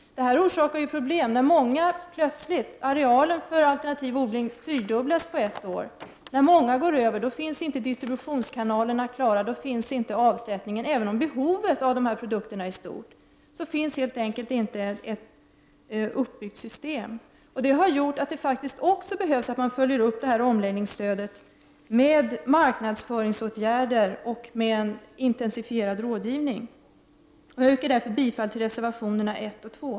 Detta orsakade problem genom att arealen för alternativ odling fyrdubblades på ett år. När många går över till alternativ odling finns inte upparbetade distributionskanaler och avsättningsmöjligheter. Även om behovet av alternativt odlade produkter är stort, finns i ett sådant läge inte ett uppbyggt system för sådana. Detta har medfört ett behov av uppföljning av omläggningsstödet med marknadsföringsåtgärder och med en intensifierad rådgivning. Jag yrkar därför bifall till reservationerna 1 och 2.